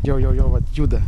jau jau jau vat juda